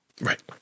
right